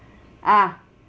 ah